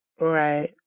Right